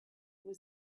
was